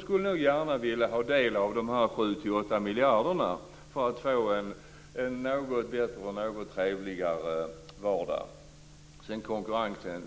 skulle gärna vilja ha del av dessa 7-8 miljarder för att få en något bättre och trevligare vardag.